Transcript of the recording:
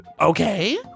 Okay